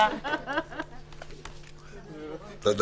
תודה